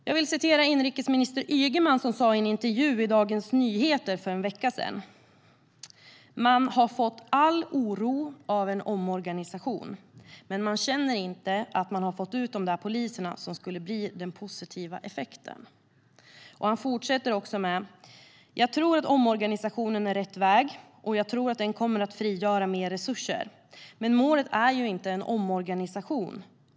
Jag vill citera inrikesminister Ygeman i en intervju i Dagens Nyheter för en vecka sedan: "Man har fått all oro av en omorganisation, men man känner inte att man har fått ut de där poliserna som skulle bli den positiva effekten." Han fortsätter: "Jag tror att omorganisationen är rätt väg och jag tror att den kommer att frigöra mer resurser. Men målet är ju inte en omorganisation.